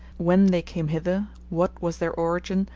when they came hither, what was their origin,